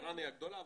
ער"ן היא הגדולה,